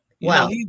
Wow